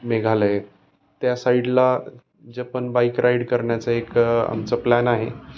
मेघालय त्या साईडला जे पण बाईक राईड करण्याच एक आमचं प्लॅन आहे